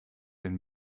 den